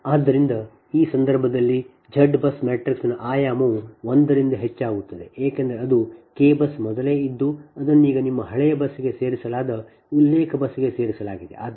ಆದ್ದರಿಂದ ಈ ಸಂದರ್ಭದಲ್ಲಿ Z BUS ಮ್ಯಾಟ್ರಿಕ್ಸ್ನ ಆಯಾಮವು ಒಂದರಿಂದ ಹೆಚ್ಚಾಗುತ್ತದೆ ಏಕೆಂದರೆ ಅದು k ಬಸ್ ಮೊದಲೇ ಇದ್ದು ಅದನ್ನು ಈಗ ನಿಮ್ಮ ಹಳೆಯ ಬಸ್ಗೆ ಸೇರಿಸಲಾದ ಉಲ್ಲೇಖ ಬಸ್ಗೆ ಸೇರಿಸಲಾಗಿದೆ